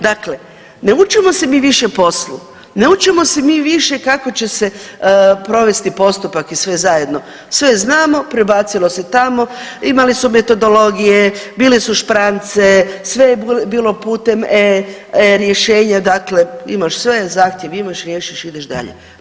Dakle, ne učimo se mi više poslu, ne učimo se mi više kako će se provesti postupak i sve zajedno, sve znamo prebacilo se tamo imali su metodologije, bile su šprance, sve je bilo putem e-rješenja, imaš sve, zahtjev imaš, riješiš, ideš dalje.